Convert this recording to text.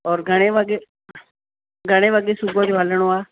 और घणे वगे घणे वगे सुबुह जो हलिणो आहे